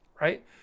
right